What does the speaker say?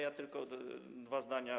Ja tylko dwa zdania.